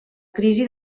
crisi